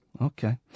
Okay